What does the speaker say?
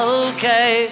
okay